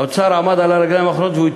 האוצר עמד על הרגליים האחוריות והוא כבר